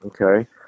Okay